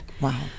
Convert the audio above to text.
Wow